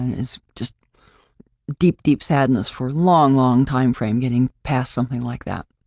and it's just deep, deep sadness for long, long timeframe getting past something like that.